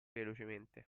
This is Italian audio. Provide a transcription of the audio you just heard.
velocemente